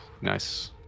nice